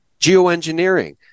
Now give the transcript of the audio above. geoengineering